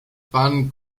ban